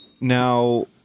Now